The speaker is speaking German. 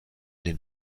den